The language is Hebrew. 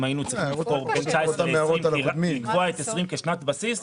אם היינו קובעים את שנת 2020 כשנת בסיס,